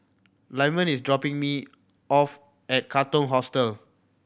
Lyman is dropping me off at Katong Hostel